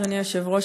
אדוני היושב-ראש,